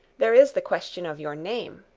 there is the question of your name.